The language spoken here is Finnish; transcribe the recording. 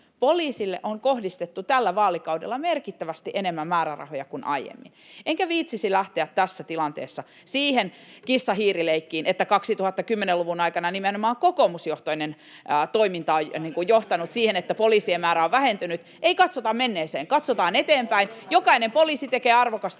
Poliisille on kohdistettu tällä vaalikaudella merkittävästi enemmän määrärahoja kuin aiemmin, enkä viitsisi lähteä tässä tilanteessa siihen kissa—hiiri-leikkiin, että 2010-luvun aikana nimenomaan kokoomusjohtoinen toiminta on johtanut siihen, että poliisien määrä on vähentynyt. Ei katsota menneeseen, katsotaan eteenpäin. Jokainen poliisi tekee arvokasta